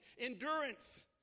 Endurance